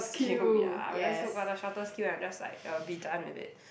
s~ queue ya I will just look for the shortest queue and just like uh be done with it